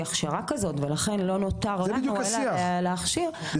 הכשרה כזו ולכן לא נותר לנו אלא להכשיר,